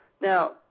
Now